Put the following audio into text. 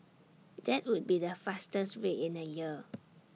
that would be the fastest rate in A year